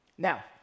Now